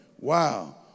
Wow